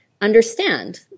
understand